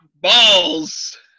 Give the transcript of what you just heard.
Balls